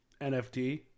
NFT